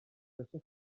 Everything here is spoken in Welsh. crysau